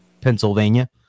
Pennsylvania